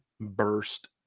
burst